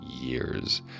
years